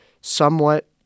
somewhat